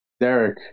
Derek